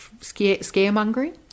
scaremongering